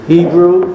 Hebrew